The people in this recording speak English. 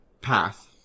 path